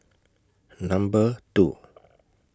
Number two